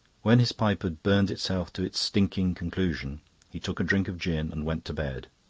when his pipe had burned itself to its stinking conclusion he took a drink of gin and went to bed.